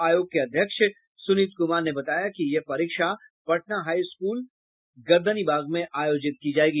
आयोग के अध्यक्ष सुनीत कुमार ने बताया कि यह परीक्षा पटना हाई स्कूल गर्दनीबाग में आयोजित की जायेगी